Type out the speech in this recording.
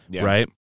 right